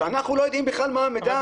כשאנחנו בכלל לא יודעים מה המידע.